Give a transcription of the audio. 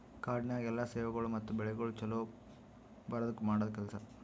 ಕಾಡನ್ಯಾಗ ಎಲ್ಲಾ ಸೇವೆಗೊಳ್ ಮತ್ತ ಬೆಳಿಗೊಳ್ ಛಲೋ ಬರದ್ಕ ಮಾಡದ್ ಕೆಲಸ